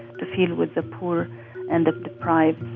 to feel with the poor and the deprived.